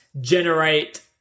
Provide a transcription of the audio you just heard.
generate